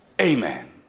amen